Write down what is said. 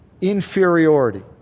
inferiority